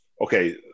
okay